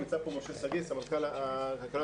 נמצא פה משה שגיא, סמנכ"ל כלכלה ותקציבים,